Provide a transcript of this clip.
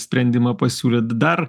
sprendimą pasiūlyt dar